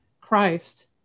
Christ